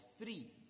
three